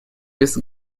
без